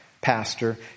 pastor